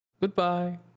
Goodbye